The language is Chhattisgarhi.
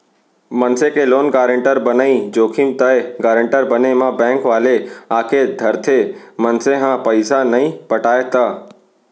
मनसे के लोन गारेंटर बनई जोखिम ताय गारेंटर बने म बेंक वाले आके धरथे, मनसे ह पइसा नइ पटाय त